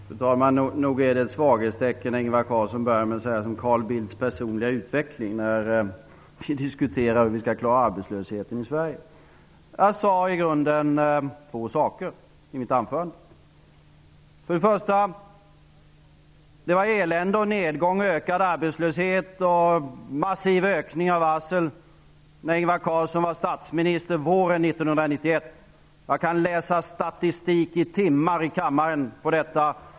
Fru talman! Nog är det ett svaghetstecken när Ingvar Carlsson börjar med att tala om Carl Bildts personliga utveckling när vi diskuterar hur vi skall klara arbetslösheten i Sverige. Jag sade i grunden två saker i mitt anförande. Det var elände, nedgång, ökad arbetslöshet och massiv ökning av varsel när Ingvar Carlsson var statsminister våren 1991. Jag kan läsa statistik i timmar i kammaren om detta.